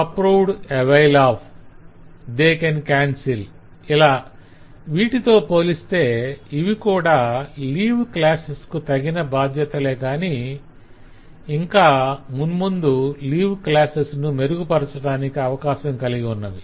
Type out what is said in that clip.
'if approved avail of' 'they can cancel'వీటితో పోలిస్తే ఇవి కూడా లీవ్ క్లాసెస్ కు తగిన బాధ్యతలేగాని ఇంకా మున్ముందు లీవ్ క్లాసెస్ ను మెరుగుపరచటానికి అవకాశం కలిగి ఉన్నవి